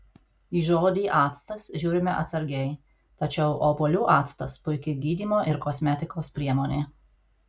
į žodį actas žiūrime atsargiai tačiau obuolių actas puiki gydymo ir kosmetikos priemonė